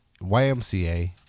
YMCA